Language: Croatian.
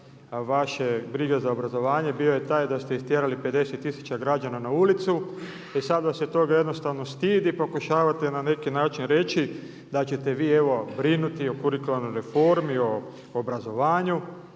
vaše brige za obrazovanje bio je taj da ste istjerali 50 tisuća građana na ulicu i sad vas je toga jednostavno stid i pokušavate na neki način reći da ćete vi evo brinuti o kurikularnoj reformi, o obrazovanju.